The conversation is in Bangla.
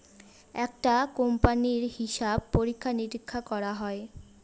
একটা কোম্পানির হিসাব পরীক্ষা নিরীক্ষা করা হয়